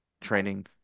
training